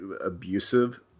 abusive